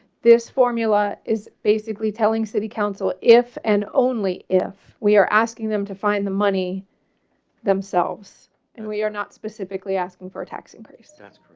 this formula is basically telling city council if and only if we're asking them to find the money themselves and we're not specifically asking for a tax increase that's